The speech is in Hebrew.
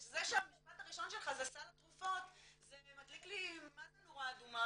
זה שהמשפט הראשון שלך זה סל התרופות זה נדליק לי מה זה נורה אדומה.